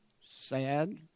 sad